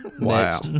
Wow